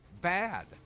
bad